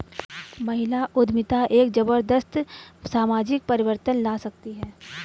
महिला उद्यमिता एक जबरदस्त सामाजिक परिवर्तन ला सकती है